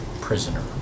prisoner